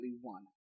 one